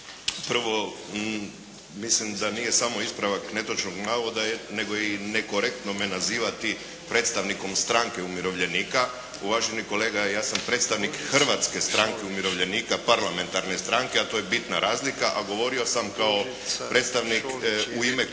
Prvo, mislim da nije samo ispravak netočnog navoda nego je i nekorektno me nazivati predstavnikom Stranke umirovljenika. Uvaženi kolega, ja sam predstavnik Hrvatske stranke umirovljenika, parlamentarne stranke, a to je bitna razlika, a govorio sam kao predstavnik, u ime kluba